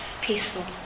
peaceful